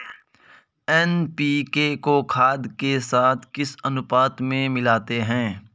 NPK को खाद के साथ किस अनुपात में मिलाते हैं?